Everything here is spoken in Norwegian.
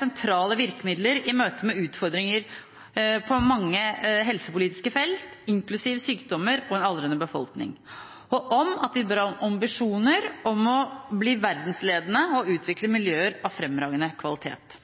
sentrale virkemidler i møte med utfordringer på mange helsepolitiske felt, inklusiv sykdommer og en aldrende befolkning, og vi bør ha ambisjoner om å bli verdensledende og utvikle miljøer av fremragende kvalitet.